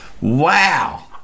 Wow